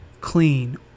clean